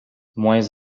moins